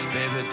Baby